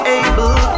able